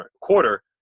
quarter